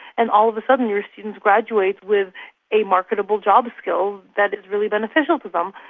and all of a sudden your students graduate with a marketable job skill that is really beneficial to them.